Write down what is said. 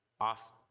off